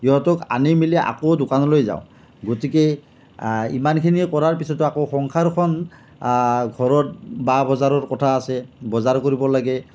সিহঁতক আনি মেলি আকৌ দোকানলৈ যাওঁ গতিকে ইমানখিনি কৰাৰ পিছতো আকৌ সংসাৰখন ঘৰত বা বজাৰৰ কথা আছে বজাৰ কৰিব লাগে